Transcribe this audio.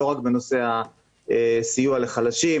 לא רק בנושא הסיוע לחלשים.